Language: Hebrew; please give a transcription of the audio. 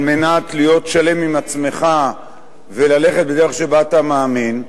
על מנת להיות שלם עם עצמך וללכת בדרך שאתה מאמין,